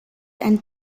and